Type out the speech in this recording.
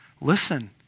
Listen